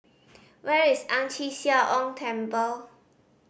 where is Ang Chee Sia Ong Temple